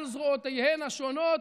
על זרועותיהן השונות,